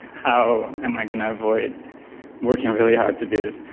how am i going to avoid working really hard to do this?